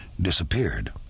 disappeared